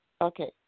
Okay